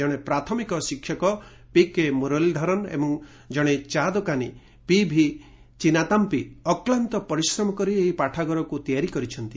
କଣେ ପ୍ରାଥମିକ ଶିକ୍ଷକ ପିକେ ମୁରଲୀଧରନ୍ ଏବଂ ଜଣେ ଚା ଦୋକାନୀ ପିଭି ଚିନାତାମ୍ପି ଅକ୍ଲାନ୍ତ ପରିଶ୍ରମ କରି ଏହି ପାଠାଗାରକୁ ତିଆରି କରିଛନ୍ତି